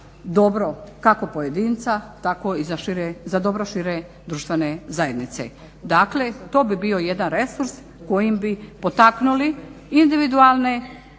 dobro, kako pojedinca tako i za dobro šire društvene zajednice. Dakle, to bi bio jedan resurs kojim bi potaknuli individualne